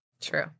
True